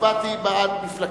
הצבעתי בעד מפלגתי.